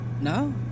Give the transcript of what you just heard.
No